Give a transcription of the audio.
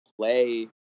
play